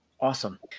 Awesome